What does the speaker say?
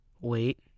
Wait